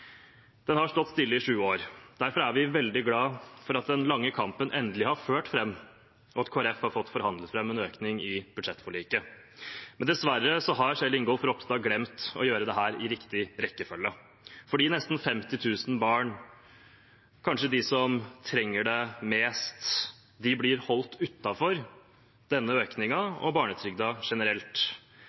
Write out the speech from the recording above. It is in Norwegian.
Den har stått stille i 20 år. Derfor er vi veldig glade for at den lange kampen endelig har ført fram, og at Kristelig Folkeparti har forhandlet fram en økning i budsjettforliket. Men dessverre har Kjell Ingolf Ropstad glemt å gjøre dette i riktig rekkefølge, for nesten 50 000 barn – kanskje de som trenger det mest – blir holdt utenfor denne økningen og barnetrygden generelt.